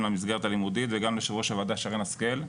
למסגרת הלימודים וגם ליו"ר הוועדה-שרן השכל,